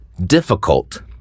difficult